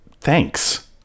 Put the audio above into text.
thanks